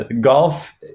golf